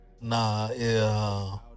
Nah